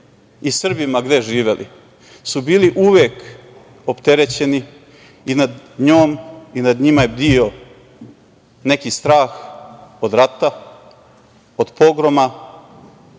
i Srbi, ma gde živeli, su bili uvek opterećeni i nad njom i nad njima je bdio neki strah od rata, od pogroma,